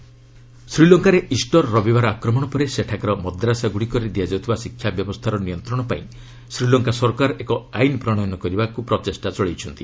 ଶୀଲଙ୍କା ମଦାସା ଶ୍ରୀଲଙ୍କାରେ ଇଷ୍ଟର ରବିବାର ଆକ୍ରମଣ ପରେ ସେଠାକାର ମଦ୍ରାସାଗ୍ରଡ଼ିକରେ ଦିଆଯାଉଥିବା ଶିକ୍ଷା ବ୍ୟବସ୍ଥାର ନିୟନ୍ତ୍ରଣ ପାଇଁ ଶ୍ରୀଲଙ୍କା ସରକାର ଏକ ଆଇନ୍ ପ୍ରଣୟନ କରିବାକୁ ପ୍ରଚେଷ୍ଟା ଚଳାଇଛନ୍ତି